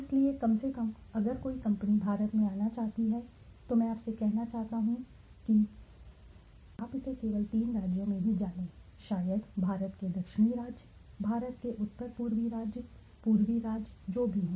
इसलिए कम से कम अगर कोई कंपनी भारत में आना चाहती है तो ठीक है ठीक है मैं आपसे कहना चाहता हूं कि आप इसे केवल तीन राज्यों में ही जानें शायद भारत के दक्षिणी राज्य भारत के उत्तरी राज्य पूर्वी राज्य जो भी हों